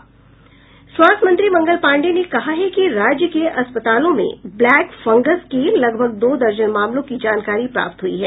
स्वास्थ्य मंत्री मंगल पांडेय ने कहा है कि राज्य के अस्पतालों में ब्लैक फंगस के लगभग दो दर्जन मामलों की जानकारी प्राप्त हुई है